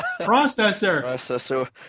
Processor